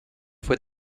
fue